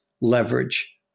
leverage